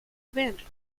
abandoned